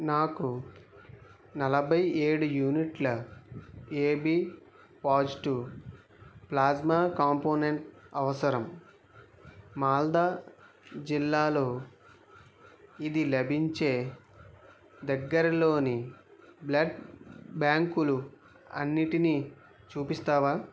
నాకు నలభై ఏడు యూనిట్ల ఏబీ పాజిటివ్ ప్లాస్మా కాంపోనెంట్ అవసరం మాల్దా జిల్లాలో ఇది లభించే దగ్గరలోని బ్లడ్ బ్యాంకులు అన్నింటిని చూపిస్తావా